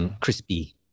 Crispy